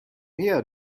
her